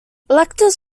electors